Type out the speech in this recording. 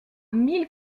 mille